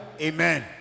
Amen